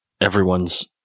everyone's